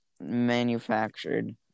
manufactured